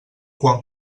quan